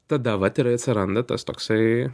tada vat ir atsiranda tas toksai